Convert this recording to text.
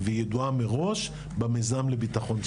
וידועה מראש במיזם לביטחון תזונתי.